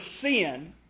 sin